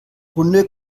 hunde